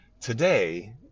today